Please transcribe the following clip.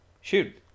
shoot